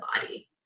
body